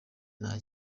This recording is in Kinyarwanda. nta